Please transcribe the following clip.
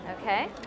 Okay